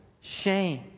shame